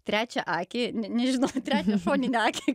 trečią akį ne nežinau trečią šoninę akį